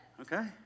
Okay